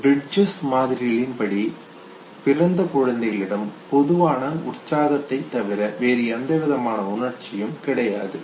Bridges மாதிரிகளின் படி பிறந்த குழந்தைகளிடம் பொதுவான உற்சாகத்தை தவிர வேறு எந்தவிதமான உணர்ச்சியும் கிடையாது